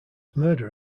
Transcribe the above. murder